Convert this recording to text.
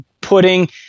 putting